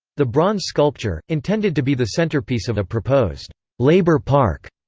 the bronze sculpture, intended to be the centerpiece of a proposed labor park,